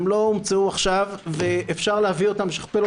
הן לא הומצאו עכשיו ואפשר להביא ולשכפל אותן.